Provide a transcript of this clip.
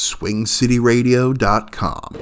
SwingCityRadio.com